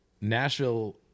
nashville